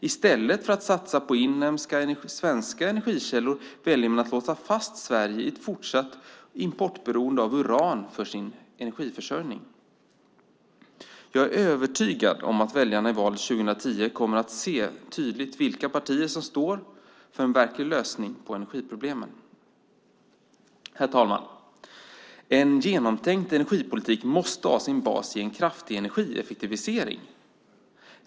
I stället för att satsa på inhemska svenska energikällor väljer man att låsa fast Sverige i fortsatt importberoende av uran för sin energiförsörjning. Jag är övertygad om att väljarna i valet 2010 kommer att se tydligt vilka partier som står för en verklig lösning på energiproblemen. Herr talman! En genomtänkt energipolitik måste ha sin bas i en kraftig energieffektivisering.